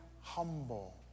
humble